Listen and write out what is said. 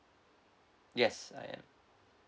yes I am